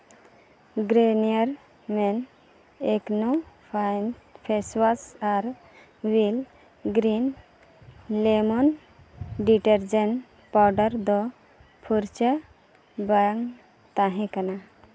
Garnier ᱢᱮᱱ ᱮᱠᱱᱳ ᱯᱷᱟᱭᱤᱱᱴ ᱯᱷᱮᱥᱚᱣᱟᱥ ᱟᱨ Wheel green lemon detergent powder ᱫᱚ ᱯᱷᱩᱨᱪᱟᱹ ᱵᱟᱝ ᱛᱟᱦᱮᱸ ᱠᱟᱱᱟ